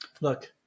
Look